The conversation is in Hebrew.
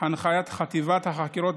הנחיית חטיבת החקירות,